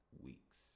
weeks